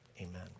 amen